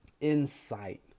insight